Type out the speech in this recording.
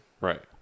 right